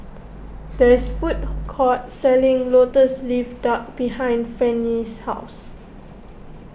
there is a food court selling Lotus Leaf Duck behind Fannye's house